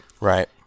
Right